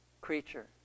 creature